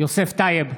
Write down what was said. יוסף טייב,